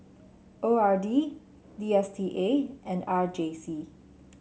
O R D D S T A and R J C